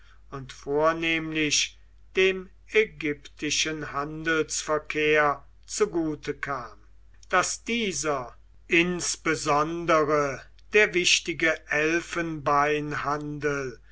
und vornehmlich dem ägyptischen handelsverkehr zugute kam daß dieser insbesondere der wichtige elfenbeinhandel